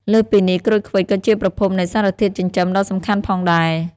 លើសពីនេះ ក្រូចឃ្វិចក៏ជាប្រភពនៃសារធាតុចិញ្ចឹមដ៏សំខាន់ផងដែរ។